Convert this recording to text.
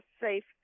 safe